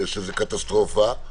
שזה קטסטרופה,